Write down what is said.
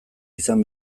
izan